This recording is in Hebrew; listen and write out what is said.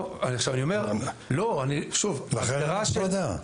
לא, אני אומר שוב, ההגדרה של